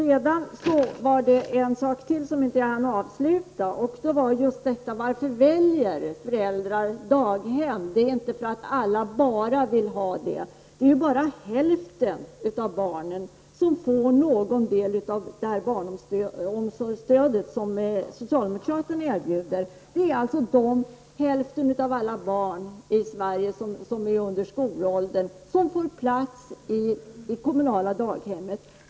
Det var en punkt som jag inte hann avsluta tidigare. Det gäller frågan varför föräldrar väljer daghem. Det är inte för att alla bara vill ha det. Det är endast hälften av barnen som får någon del av barnomsorgsstödet som socialdemokraterna erbjuder. Det är hälften av alla barn i Sverige under skolåldern som får plats i kommunala daghem.